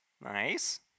Nice